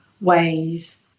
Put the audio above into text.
ways